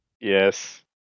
yes